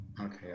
okay